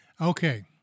Okay